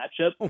matchup